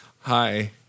Hi